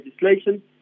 legislation